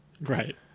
Right